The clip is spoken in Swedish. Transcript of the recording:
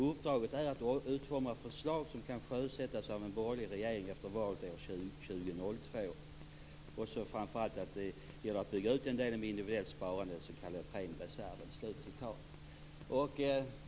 Uppdraget är att utforma förslag som kan sjösättas av en borgerlig regering efter valet 2002. Framför allt gäller det att bygga ut delen med individuellt sparande, den så kallade premiereserven."